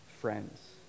friends